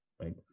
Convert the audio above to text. right